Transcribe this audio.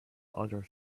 other